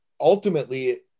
Ultimately